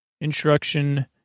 instruction